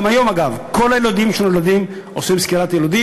גם היום, אגב, לכל היילודים עושים סקירת יילודים.